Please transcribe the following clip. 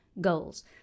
goals